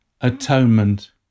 atonement